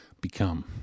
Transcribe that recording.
become